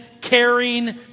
caring